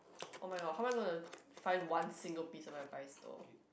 oh-my-god how am I gonna find one single piece of advice though